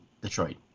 Detroit